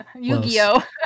Yu-Gi-Oh